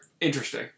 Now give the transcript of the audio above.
interesting